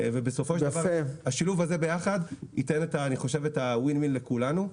בסופו של דבר השילוב הזה ביחד ייתן את ה-win-win לכולנו.